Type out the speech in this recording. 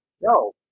no